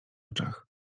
oczach